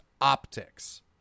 optics